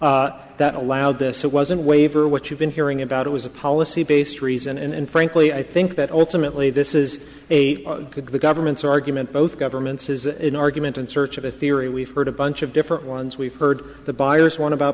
amendment that allowed this so wasn't waiver what you've been hearing about it was a policy based reason and frankly i think that ultimately this is a good the government's argument both governments is an argument in search of a theory we've heard a bunch of different ones we've heard the buyers one about